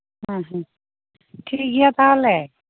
ᱦᱮᱸ ᱦᱮᱸ ᱴᱷᱤᱠ ᱜᱮᱭᱟ ᱛᱟᱦᱞᱮ